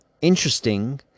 interesting